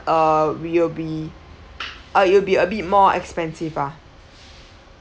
uh we'll be uh it will be a bit more expensive ah